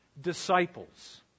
disciples